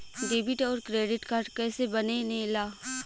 Debit और credit card कईसे बने ने ला?